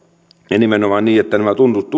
ja nimenomaan niin että nämä